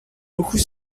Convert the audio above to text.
beaucoup